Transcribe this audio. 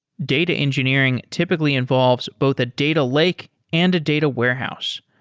data engineering typically involves both a data lake and a data warehouse.